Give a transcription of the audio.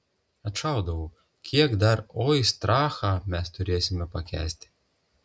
atšaudavau kiek dar oistrachą mes turėsime pakęsti